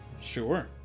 sure